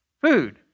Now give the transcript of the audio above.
food